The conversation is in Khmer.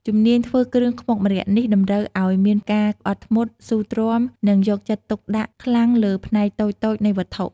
ជំនាញធ្វើគ្រឿងខ្មុកម្រ័ក្សណ៍នេះតម្រូវឱ្យមានការអត់ធ្មត់ ស៊ូទ្រាំ និងយកចិត្តទុក្ខដាក់ខ្លាំងលើផ្នែកតូចៗនៃវត្ថុ។